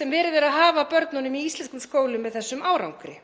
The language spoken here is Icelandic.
sem verið er að hafa af börnunum í íslenskum skólum með þessum árangri.